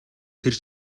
тэр